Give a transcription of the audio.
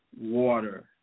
water